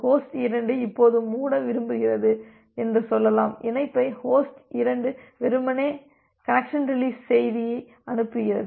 host 2 இப்போதுமூட விரும்புகிறது என்று சொல்லலாம் இணைப்பை ஹோஸ்ட் 2 வெறுமனே கனெக்சன் ரீலிஸ் செய்தியை அனுப்புகிறது